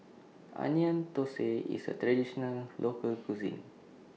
Onion Thosai IS A Traditional Local Cuisine